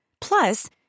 Plus